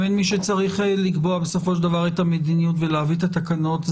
מי שבסופו של דבר צריך לקבוע את המדיניות ולהביא את התקנות,